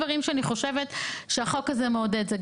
אבל החוק חשוב ואני אתך.